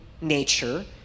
nature